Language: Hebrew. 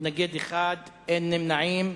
מתנגד אחד, אין נמנעים.